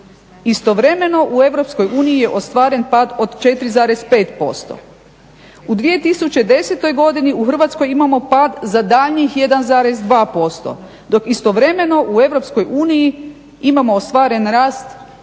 istovremeno u EU je ostvaren pad od 4,5%. U 2010. godini u Hrvatskoj imamo pad za daljnjih 1,2% dok istovremeno u EU imamo ostvaren rast